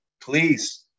Please